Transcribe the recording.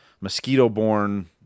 mosquito-borne –